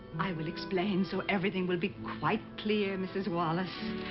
i will explain so everything will be quite clear, mrs. wallace.